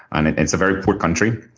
and it's a very poor country.